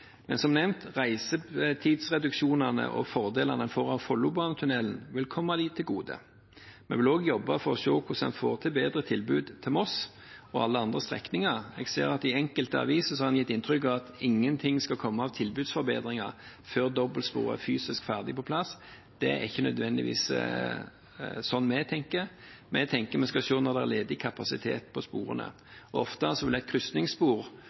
men som nevnt vil reisetidsreduksjonene og fordelene en får av Follobanetunnelen, komme dem til gode. Vi vil også jobbe for å se hvordan en får til bedre tilbud til Moss og på alle andre strekninger. Jeg ser at i enkelte aviser har en gitt inntrykk av at ingenting skal komme av tilbudsforbedringer før dobbeltspor er fysisk ferdig på plass. Det er ikke nødvendigvis sånn vi tenker. Vi tenker vi skal se når det er ledig kapasitet på sporene. Ofte vil et krysningsspor